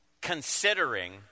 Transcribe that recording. considering